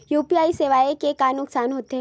UPI सेवाएं के का नुकसान हो थे?